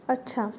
अच्छा